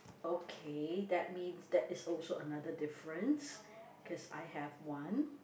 okay that mean that is also another difference cause I have one